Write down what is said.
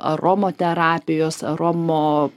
aromaterapijos aromo